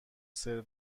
سرو